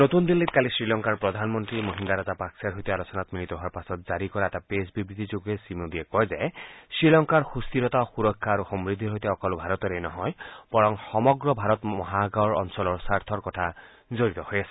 নতুন দিল্লীত কালি শ্ৰীলংকাৰ প্ৰধানমন্তী মহিন্দ ৰাজাপাকছেৰ সৈতে আলোচনাত মিলিত হোৱাৰ পাছত জাৰি কৰা এটা প্ৰেছ বিবৃতিযোগে শ্ৰীমোডীয়ে কয় যে শ্ৰীলংকাৰ সুস্থিৰতা সুৰক্ষা আৰু সমৃদ্ধিৰ সৈতে অকল ভাৰতৰ বাবেই নহয় বৰং সমগ্ৰ ভাৰত মহাসাগৰ অঞ্চলৰ স্বাৰ্থ জড়িত হৈ আছে